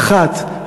האחת,